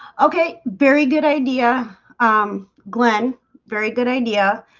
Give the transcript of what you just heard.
okay, very good idea glen very good idea